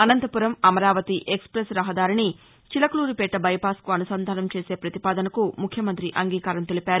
Anantapuram Amaravati express రహదారిని చిలకలూరిపేట బైపాస్కు అనుసంధానం చేసే పతిపాదనకు ముఖ్యమంత్రి అంగీకారం తెలిపారు